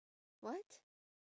what